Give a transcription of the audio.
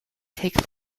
take